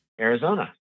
Arizona